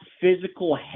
physical